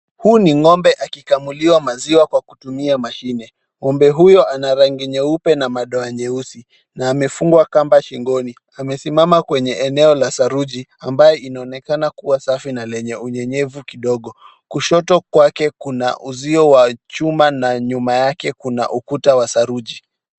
Huu ni ng'ombe akikamuliwa maziwa kwa kutumia mashine.Ng'ombe huyu ana rangi nyeupe na madoa nyeusi na amefungwa kamba shingoni. Amesimama kwenye eneo la saruji ambayo inaonekana kuwa safi na lenye unyenyevu kidogo. Kushoto kwake kuna uzio wa chuma na nyuma yake kuna ukuta wa saruji.